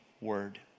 word